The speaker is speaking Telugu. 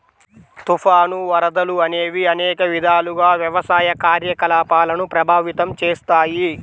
తుఫాను, వరదలు అనేవి అనేక విధాలుగా వ్యవసాయ కార్యకలాపాలను ప్రభావితం చేస్తాయి